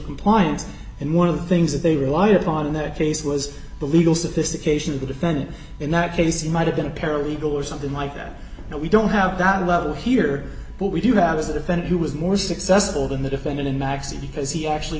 compliance and one of the things that they rely upon in that case was the legal sophistication of the defendant in that case he might have been a paralegal or something like that and we don't have that level here but we do have is that offend he was more successful than the defendant in maxie because he actually